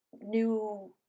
new